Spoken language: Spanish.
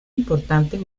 importantes